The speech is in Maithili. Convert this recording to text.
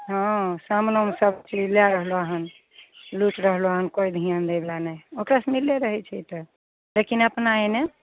हँ सामनोमे सबचीज लए रहलो हन लुटि रहलो हन केओ ध्यान दै बला नहि ओकरासँ मिलै रहै छै तऽ लेकिन अपना एने